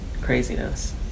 craziness